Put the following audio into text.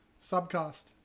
subcast